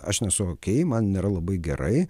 aš nesu okei man nėra labai gerai